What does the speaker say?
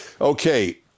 Okay